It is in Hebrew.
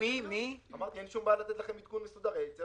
אתם